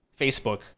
Facebook